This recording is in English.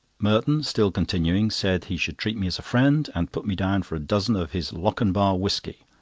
merton, still continuing, said he should treat me as a friend, and put me down for a dozen of his lockanbar whisky,